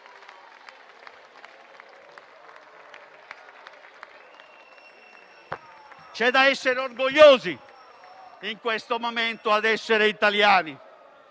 C'è da essere orgogliosi, in questo momento, ad essere italiani.